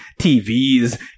TVs